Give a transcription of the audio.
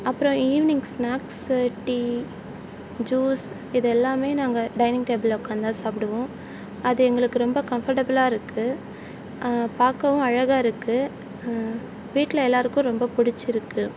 அப்பறம் evening snacks tea juice இது எல்லாமே நாங்கள் டைனிங் டேபிளில் உட்காந்து தான் சாப்பிடுவோம் அது எங்களுக்கு ரொம்ப கம்ஃபர்ட்டபுளாக இருக்குது பார்க்கவும் அழகாக இருக்குது வீட்டில் எல்லோருக்கும் ரொம்ப பிடிச்சிருக்கு